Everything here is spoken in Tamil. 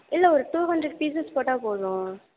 இல்லை ஒரு டூ ஹண்ட்ரட் பீஸஸ் போட்டால் போதும்